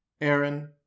Aaron